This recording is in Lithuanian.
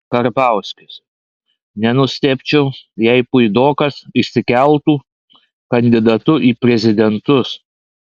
karbauskis nenustebčiau jei puidokas išsikeltų kandidatu į prezidentus